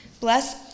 Bless